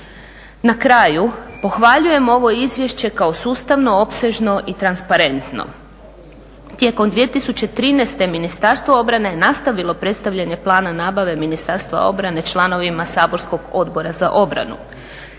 Na kraju, pohvaljujem ovo izvješće kao sustavno, opsežno i transparentno. Tijekom 2013. Ministarstvo obrane je nastavilo predstavljanje plana nabave Ministarstva obrane članovima saborskog Odbora za obranu.